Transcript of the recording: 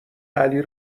علی